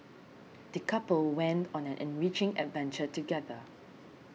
the couple went on an enriching adventure together